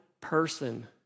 person